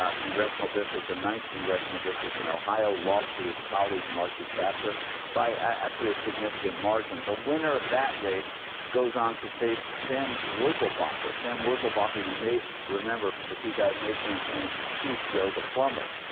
ah congressional district the nineteen rational district in ohio loss to his colleague marcy kaptur by actually a significant margin the winner of that race goes on to face sam wurzelbacher sam wurzelbacher you make remember from the two thousand a campaign he's joe the plumber